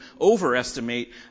overestimate